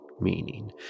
meaning